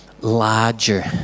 larger